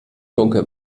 dunkel